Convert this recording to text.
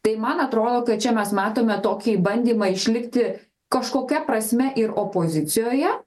tai man atrodo kad čia mes matome tokį bandymą išlikti kažkokia prasme ir opozicijoje